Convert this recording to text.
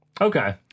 Okay